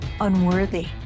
unworthy